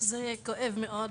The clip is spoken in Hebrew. זה כואב מאוד.